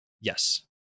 Yes